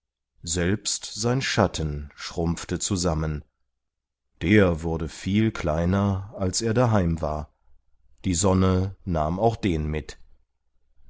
selbst sein schatten schrumpfte zusammen der wurde viel kleiner als er daheim war die sonne nahm auch den mit